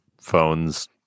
phones